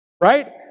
right